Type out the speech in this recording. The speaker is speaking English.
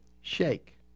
shake